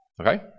Okay